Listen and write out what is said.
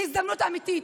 הזדמנות אמיתית.